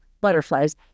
butterflies